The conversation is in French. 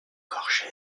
gorges